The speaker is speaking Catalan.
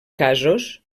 casos